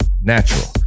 natural